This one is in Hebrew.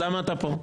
אז למה אתה כאן?